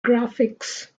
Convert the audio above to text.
graphics